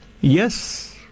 yes